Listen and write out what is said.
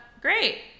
great